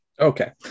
Okay